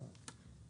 במקומו?